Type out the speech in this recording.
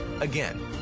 Again